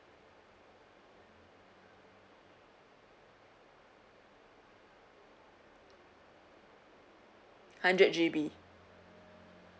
hundred G_B